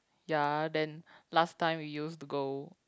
ya then last time we used to go